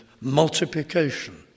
multiplication